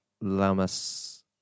lamas